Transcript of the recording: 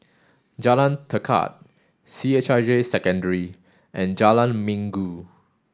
Jalan Tekad C H I J Secondary and Jalan Minggu